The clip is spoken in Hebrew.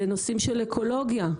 זה נושאים של אקולוגיה,